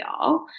y'all